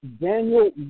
Daniel